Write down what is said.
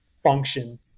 function